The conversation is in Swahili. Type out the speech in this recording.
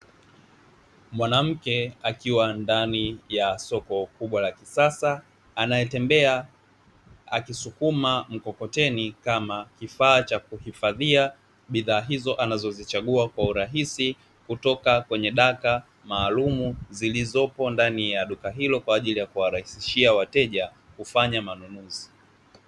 Mwanamke akiwa ndani ya soko kubwa la kisasa anayetembea akisukuma mkokoteni kama kifaa cha kuhifadhia bidhaa hizo anazozichagua kwa urahisi kutoka kwenye daka maalumu zilizopo ndani ya duka hilo, kwa ajili ya kuwarahisishia wateja kufanya manunuzi.